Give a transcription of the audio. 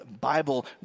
Bible